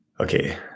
Okay